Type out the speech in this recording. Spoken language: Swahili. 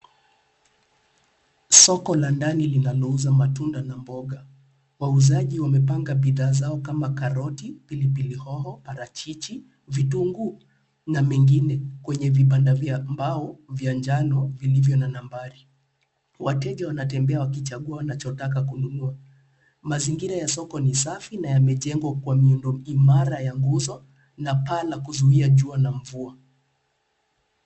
Soko la ndani linalouza matunda na mboga. Wauzaji wamepanga bidhaa zao kama karoti, pilipili hoho, parachichi, vitunguu na mengine kwenye vibanda vya mbao vya njano vilivyo na nambari. Wateja wanatembea wakichagua wanachotaka kununua. Mazingira ya soko ni safi na yamejengwa kwa miundo imara ya nguzo na paa la kuzuia jua na mvua.